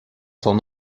son